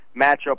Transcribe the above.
matchup